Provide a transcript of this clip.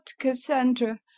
Cassandra